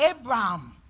Abraham